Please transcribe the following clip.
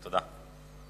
תודה.